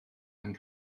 yng